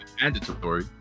mandatory